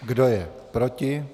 Kdo je proti?